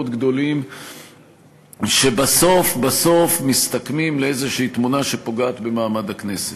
גדולים שבסוף בסוף מסתכמים לאיזו תמונה שפוגעת במעמד הכנסת.